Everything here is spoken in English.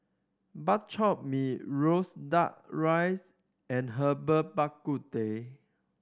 Bak Chor Mee roasted Duck Rice and Herbal Bak Ku Teh